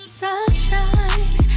sunshine